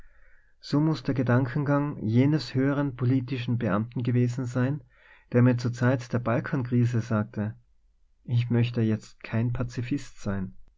so muß der gedankengang jenes höheren politischen beamten gewesen sein der mir zur zeit der balkankrise sagte ich möchte jetzt kein pazifist sein